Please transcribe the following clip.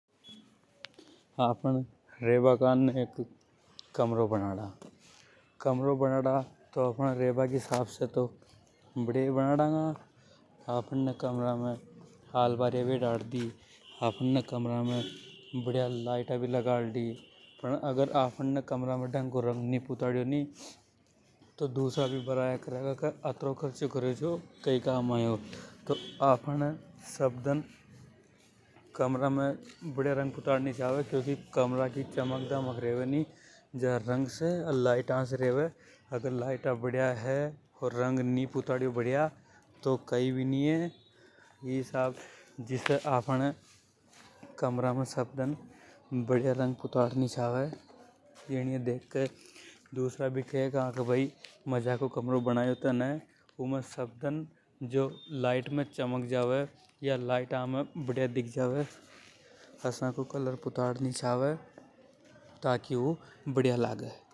आफ़न रेबा कारने कमरों बनाड़ा अपने रेबा के हिसाब से तो बढ़िया ही बनाड़ा गा। अल्बरिया भी हेड़ाद दी आफ़न ने कमरा में बढ़िया लाइटा भी लगाड़ ली। पण अगर कमरा में ढको रंग नि पुतवायो नि तो दूसरा ही न्यू कहेगा। उतरो खर्चों कार्यों जो कई काम नि आयो। रंग से अर लाइट से रेवे। अगर लाइटा बढ़िया हे अर रंग नि हे तो कई भी नि हे। जिसे अपहाने कमरा में सब दन बढ़िया रंग पुता ड़ नि चावे। ताकि ऊ बढ़िया लागे।